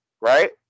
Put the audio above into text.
right